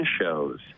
shows